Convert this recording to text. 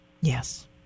Yes